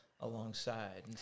alongside